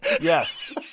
Yes